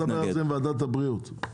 נדבר על זה עם ועדת הבריאות.